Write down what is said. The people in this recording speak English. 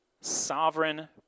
sovereign